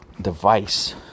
device